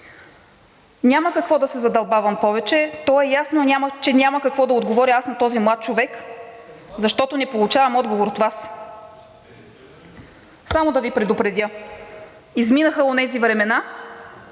Няма какво повече да се задълбавам, то е ясно, че няма какво да отговоря на този млад човек, защото не получавам отговор от Вас. Само да Ви предупредя, че изминаха онези времена